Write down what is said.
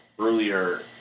earlier